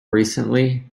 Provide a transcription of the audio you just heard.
recently